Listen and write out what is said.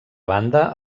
banda